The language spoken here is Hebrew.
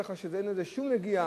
ככה שאין לזה שום נגיעה,